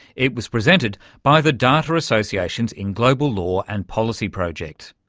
it was presented by the data associations in global law and policy project.